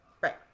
Right